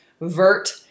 vert